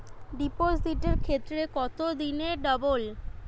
ডিপোজিটের ক্ষেত্রে কত দিনে ডবল?